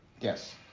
Yes